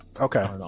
okay